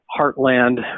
heartland